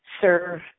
serve